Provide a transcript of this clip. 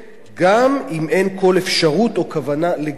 גם אם אין כל אפשרות או כוונה לגרש אותם.